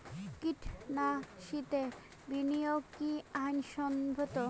ক্রিপ্টোকারেন্সিতে বিনিয়োগ কি আইন সম্মত?